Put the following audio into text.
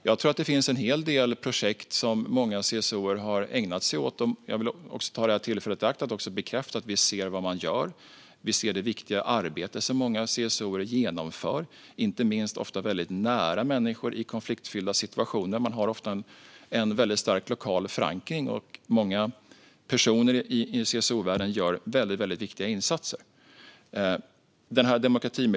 Jag vill också ta tillfället i akt och bekräfta att vi ser det viktiga arbete som många CSO:er genomför, ofta väldigt nära människor i konfliktfyllda situationer. Man har ofta en väldigt stark lokal förankring, och många personer i CSO-världen gör väldigt viktiga insatser.